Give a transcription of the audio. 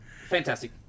fantastic